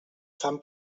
fan